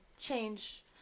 change